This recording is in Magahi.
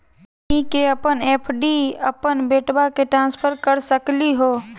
हमनी के अपन एफ.डी अपन बेटवा क ट्रांसफर कर सकली हो?